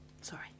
Sorry